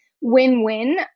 win-win